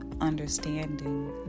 understanding